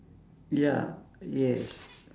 ya yes